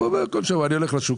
בוא אומר: כל שבוע אני הולך לשוק,